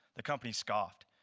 the company scoffed.